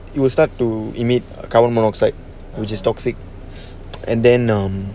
it will start to emit carbon monoxide which is toxic and then um